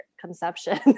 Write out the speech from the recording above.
conception